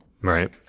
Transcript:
Right